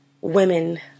women